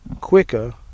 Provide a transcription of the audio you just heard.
quicker